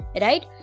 right